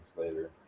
later